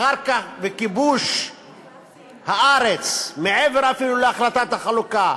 אחר כך בכיבוש הארץ אפילו מעבר להחלטת החלוקה,